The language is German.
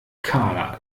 karla